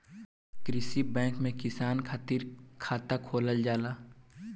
कृषि बैंक में किसान खातिर खाता खोलल जाला